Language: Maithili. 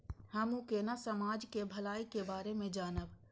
हमू केना समाज के भलाई के बारे में जानब?